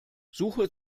suche